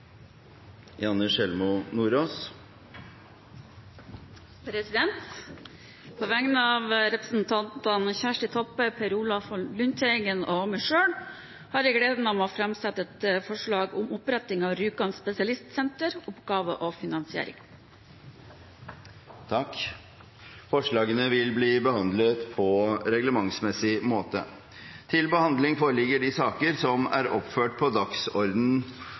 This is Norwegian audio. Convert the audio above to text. På vegne av representantene Kjersti Toppe, Per Olaf Lundteigen og meg selv har jeg gleden av å framsette et forslag om oppretting av Rjukan spesialistsenter, oppgaver og finansiering. Forslagene vil bli behandlet på reglementsmessig måte.